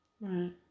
Right